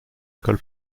école